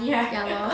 ya lor